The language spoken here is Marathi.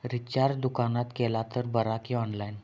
रिचार्ज दुकानात केला तर बरा की ऑनलाइन?